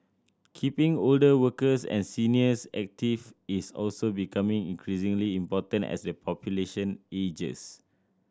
keeping older workers and seniors active is also becoming increasingly important as the population ages